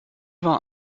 war